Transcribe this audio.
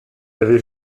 avait